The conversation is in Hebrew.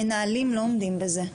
המנהלים לא עומדים בזה.